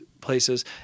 places